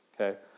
okay